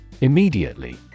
Immediately